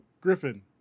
Griffin